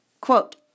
Quote